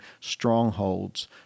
strongholds